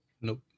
Nope